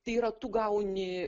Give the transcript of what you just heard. tai yra tu gauni